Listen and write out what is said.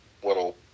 What'll